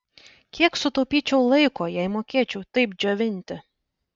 kiek sutaupyčiau laiko jei mokėčiau taip džiovinti